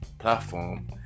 platform